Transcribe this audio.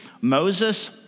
Moses